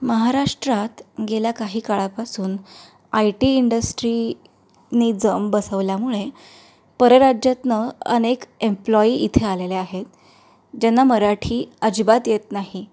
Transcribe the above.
महाराष्ट्रात गेल्या काही काळापासून आय टी इंडस्ट्रीनी जम बसवल्यामुळे परराज्यातनं अनेक एम्प्लॉई इथे आलेले आहेत ज्यांना मराठी अजिबात येत नाही